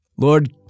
Lord